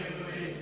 (הבטחת השקעות של רוכשי דירות)